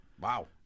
Wow